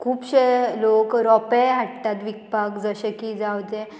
खुबशे लोक रोंपे हाडटात विकपाक जशे की जावं ते